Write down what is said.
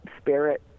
spirit